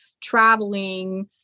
traveling